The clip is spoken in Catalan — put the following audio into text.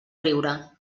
riure